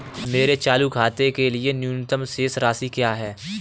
मेरे चालू खाते के लिए न्यूनतम शेष राशि क्या है?